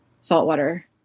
saltwater